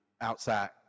outside